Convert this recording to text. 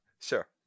Sure